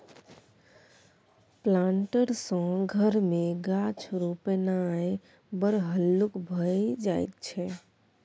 planter सँ घर मे गाछ रोपणाय बड़ हल्लुक भए जाइत छै